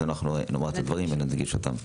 אנחנו נאמר את הדברים ונדגיש אותם.